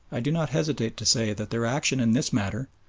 i do not hesitate to say that their action in this matter,